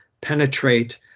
penetrate